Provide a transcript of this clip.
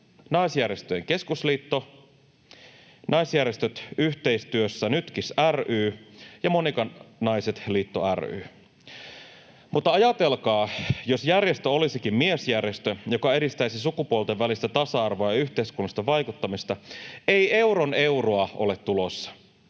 Naisjärjestöjen Keskusliitto, Naisjärjestöt Yhteistyössä Nytkis ry ja Monika-Naiset liitto ry. Mutta ajatelkaa — jos järjestö olisikin miesjärjestö, joka edistäisi sukupuolten välistä tasa-arvoa ja yhteiskunnallista vaikuttamista, ei euron euroa ole tulossa.